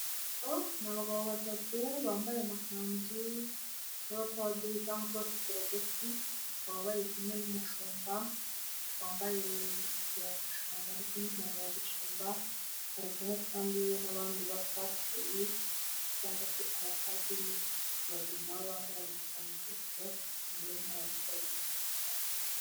Abagabo batatu bambaye amakanzu y'abapadiri cyangwa abasasaridoti bakaba bari kumwe n'umushumba wambaye ingofero ya gishumba ndetse n'inkoni ya gishumba, bari kumwe kandi n'abandi bapasiteri cyangwa se abapadiri babiri nabo bambaye amakanzu tu bakikijwe n'abaturage.